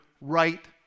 right